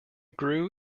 grew